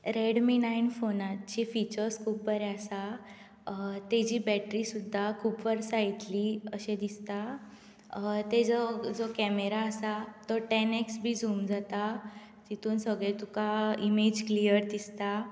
Redmi nine फोनाची features खूप बरे आसा ताजी बॅटरी सुद्दां खूप वर्सां येतली अशें दिसता ताजो जो कॅमेरा आसा तो टॅन एक्स बी झूम जाता तितून सगळी तुका इमेज क्लियर दिसता